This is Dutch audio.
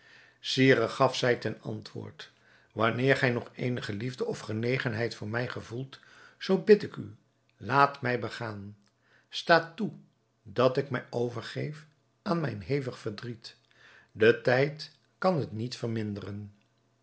sire gaf zij ten antwoord wanneer gij nog eenige liefde of genegenheid voor mij gevoelt zoo bid ik u laat mij begaan sta toe dat ik mij overgeef aan mijn hevig verdriet de tijd kan het niet verminderen